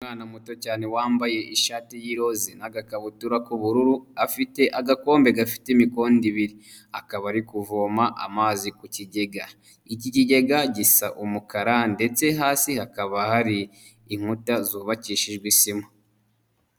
Umwana muto cyane wambaye ishati y'iroza n'agakabutura k'ubururu, afite agakombe gafite imikondo ibiri akaba ari kuvoma amazi ku kigega. Iki kigega gisa umukara ndetse hasi hakaba hari inkuta zubakishijwe isima.